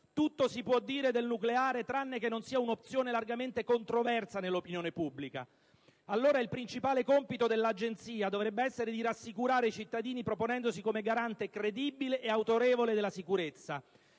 tutto si può dire del nucleare tranne che non sia un'opzione largamente controversa nell'opinione pubblica. Allora, il principale compito dell'Agenzia dovrebbe essere di rassicurare i cittadini, proponendosi come garante credibile e autorevole della sicurezza.